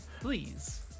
please